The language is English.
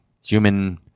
Human